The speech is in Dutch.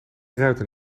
ruiten